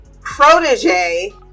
protege